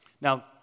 Now